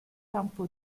campo